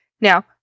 Now